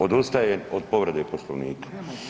Odustajem od povrede Poslovnika.